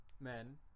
Men